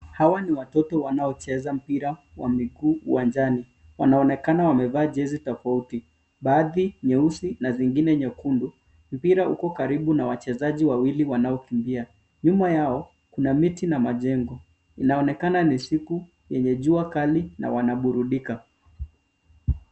Hawa ni watoto wanaocheza mpira wa miguu uwanjani. Wanaonekana wamevaa jezi tofauti. Baadhi nyeusi na zingine nyekundu, mpira uko karibu na wachezaji wawili wanaokimbia. Nyuma yao kuna miti na majengo inaonekana ni siku enye jua kali na wanaburudika.